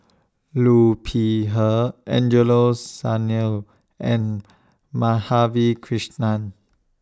Liu Peihe Angelo Sanelli and Madhavi Krishnan